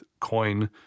coin